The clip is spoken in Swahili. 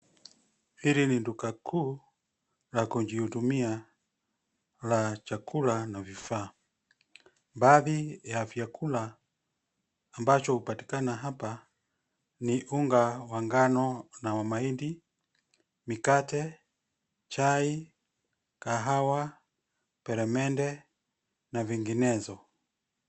Hili ni duka kuu la kujihudumia la chakula na vifaa. Baadhi ya vyakula ambacho hupatikana hapa ni unga wa ngano na wa mahindi, mikate, chai, kahawa, peremende na vinginezo.